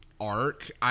arc